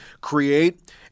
create –